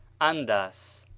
Andas